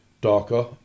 darker